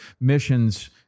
missions